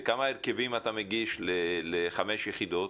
כמה הרכבים אתה מגיש ל-5 יחידות?